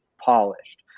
polished